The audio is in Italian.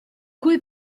cui